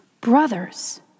brothers